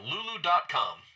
Lulu.com